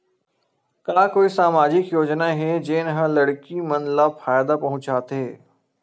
का कोई समाजिक योजना हे, जेन हा लड़की मन ला फायदा पहुंचाथे?